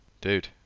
dude